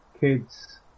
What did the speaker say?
kids